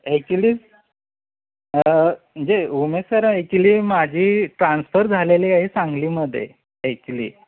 actually म्हणजे Umesh sir actually माझी transfer झालेली आहे सांगलीमध्ये ॲक्च्युली